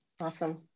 Awesome